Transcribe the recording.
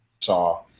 saw